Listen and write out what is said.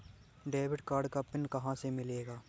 Debit card का pin कहां से मिलेगा?